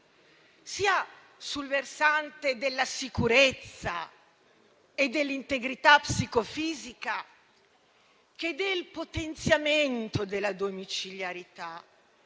sia sul versante della sicurezza e dell'integrità psicofisica, che del potenziamento della domiciliarità